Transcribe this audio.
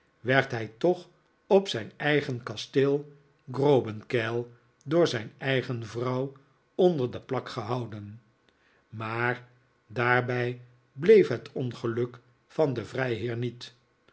werd hij toch op zijn eigen kasteel grobenkeil door zijn eigen vrouw onder de plak gehouden maar daarbij bleef het ongeluk van den vrijheer niet